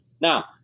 Now